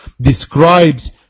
describes